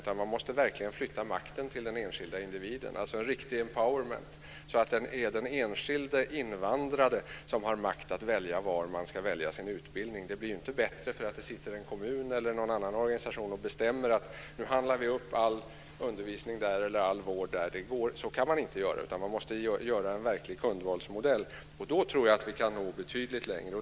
Man måste verkligen flytta makten till den enskilda individen, dvs. en riktig empowerment. Det ska vara den enskilde invandrade som ska ha makten att välja var han eller hon ska få sin utbildning. Det blir inte bättre för att en kommun eller någon annan organisation bestämmer var all undervisning eller all vård ska upphandlas. Så kan man inte göra. Man måste göra en verklig kundvalsmodell. Då tror jag att vi kan nå betydligt längre.